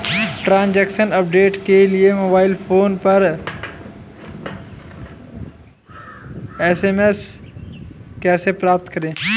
Transaction update के लिए mobile phone पर एस.एम.एस अलर्ट कैसे प्राप्त करें?